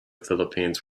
philippines